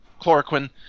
chloroquine